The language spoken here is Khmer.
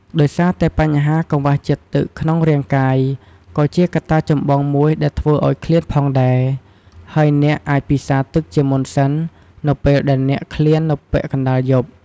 ដោយសារតែបញ្ហាកង្វះជាតិទឹកក្នុងរាង្គកាយក៏ជាកត្តាចម្បងមួយដែលធ្វើឲ្យឃ្លានផងដែរ ហើយអ្នកអាចពិសារទឹកជាមុនសិននៅពេលដែលអ្នកឃ្លាននៅពាក់កណ្តាលយប់។